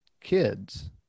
kids